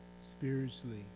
spiritually